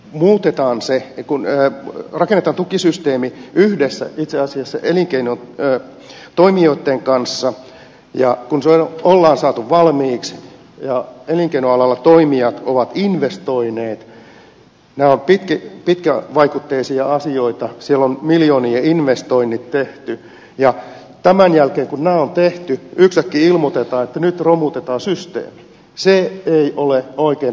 muutetaan se kun he korkeita tukisysteemi itse asiassa yhdessä elinkeinotoimijoitten kanssa ja kun se on saatu valmiiksi ja elinkeinoalalla toimijat ovat investoineet nämä ovat pitkävaikutteisia asioita siellä on miljoonien investoinnit tehty ja kun tämän jälkeen kun nämä on tehty yhtäkkiä ilmoitetaan että nyt romutetaan systeemi niin se ei ole oikein